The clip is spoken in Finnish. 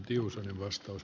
arvoisa puhemies